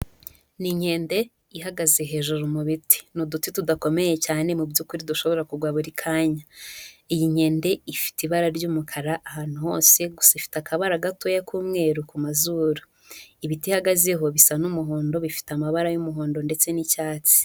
Ni inkende ihagaze hejuru mu biti, ni uduti tudakomeye cyane mu by'ukuri dushobora kugwa buri kanya, iyi nkende ifite ibara ry'umukara ahantu hose, gusa ifite akabara gatoya k'umweru ku mazuru, ibiti ihagazeho bisa n'umuhondo, bifite amabara y'umuhondo ndetse n'icyatsi.